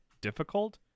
difficult